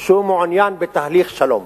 שהוא מעוניין בתהליך שלום.